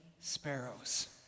sparrows